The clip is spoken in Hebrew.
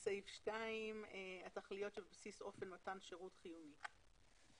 "התכליות שבבסיס אופן מתן שירות חיוני".